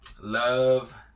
Love